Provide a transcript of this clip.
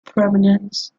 prominence